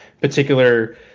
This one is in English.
particular